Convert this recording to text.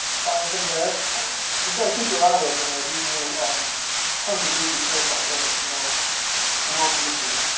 finds them there. target. just got to keep your eye open. there's usually um tons of goofy shirts out there if you know if you know what to look for.